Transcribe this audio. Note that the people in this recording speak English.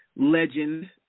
legend